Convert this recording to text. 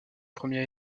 premier